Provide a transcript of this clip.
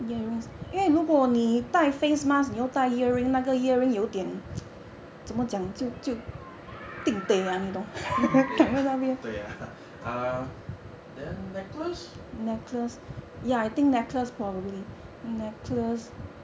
din teh ah 对啊 ah then necklace